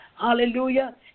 Hallelujah